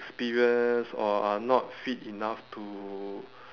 experienced or are not fit enough to